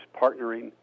partnering